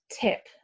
tip